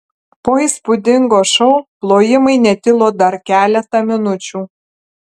po įspūdingo šou plojimai netilo dar keletą minučių